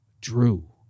drew